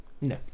no